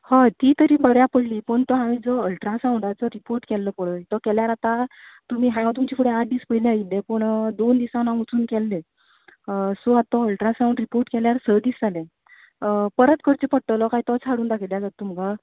हय ती तरी बऱ्याक पडली पूण तो हांवें जो अल्ट्रासावन्डाचो रिपोर्ट केल्लो पळय तो केल्यार आतां तुमी हांव तुमच्या फुड्यान आठ दीस आयिल्लें पूण दोन दिसान हांव वचून केल्लें सो आतां तो अल्ट्रासावन्ड रिपोर्ट केल्यार स दीस जाले परत करचे पडटलो काय तोच हाडून दाखयल्यार जाता तुमकां